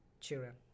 children